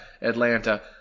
Atlanta